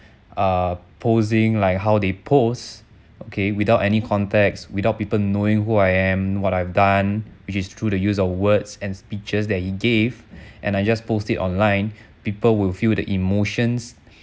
uh posing like how they pose okay without any context without people knowing who I am what I've done which is through the use of words and speeches that he gave and I just post it online people will feel the emotions